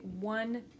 one